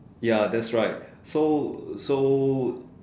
ya that's right so so